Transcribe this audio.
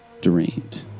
drained